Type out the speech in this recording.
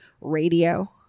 radio